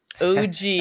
OG